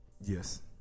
yes